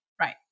Right